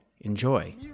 Enjoy